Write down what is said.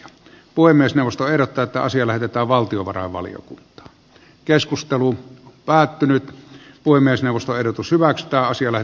puhemiesneuvosto ehdottaa että asia lähetetään valtiovarainvaliokuntaan keskusteluun päätynyt voi myös eusta erotus hyväkstaan syövät